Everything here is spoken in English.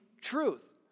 truth